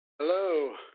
Hello